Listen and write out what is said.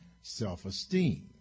self-esteem